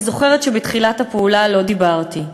אני זוכרת שבתחילת הפעולה לא דיברתי.